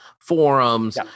forums